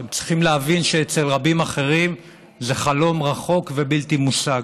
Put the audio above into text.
אתם צריכים להבין שאצל רבים אחרים זה חלום רחוק ובלתי מושג.